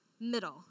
middle